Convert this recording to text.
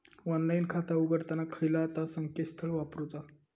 Online खाता उघडताना खयला ता संकेतस्थळ वापरूचा?